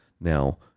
Now